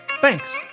Thanks